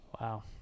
Wow